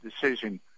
decision